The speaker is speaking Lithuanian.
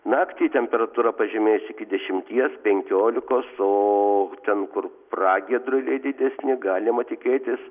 naktį temperatūra pažemės iki dešimties penkiolikos o ten kur pragiedruliai didesni galima tikėtis